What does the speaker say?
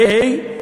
ה.